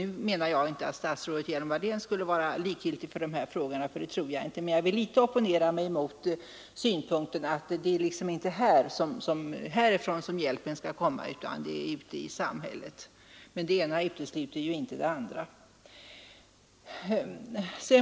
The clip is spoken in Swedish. Nu menar jag inte att statsrådet Hjelm-Wallén skulle vara likgiltig för de här frågorna, det tror jag inte, men jag vill litet opponera mig mot synpunkten att det inte är här hjälpen finns utan ute i samhället. Det ena utesluter ju inte det andra.